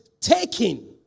taking